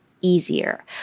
easier